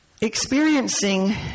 experiencing